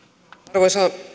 arvoisa